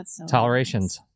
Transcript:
tolerations